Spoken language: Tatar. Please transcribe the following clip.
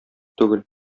түгел